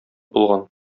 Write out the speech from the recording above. булган